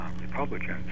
Republicans